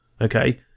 Okay